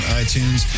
iTunes